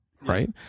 right